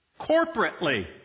Corporately